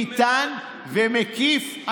איתן ומקיף.